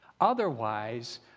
Otherwise